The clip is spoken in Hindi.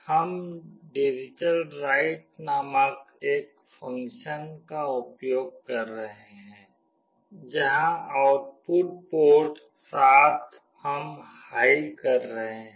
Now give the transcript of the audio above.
हम डिजिटलराइट नामक एक फ़ंक्शन का उपयोग कर रहे हैं जहां आउटपुट पोर्ट 7 हम हाई कर रहे हैं